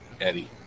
Eddie